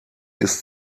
ist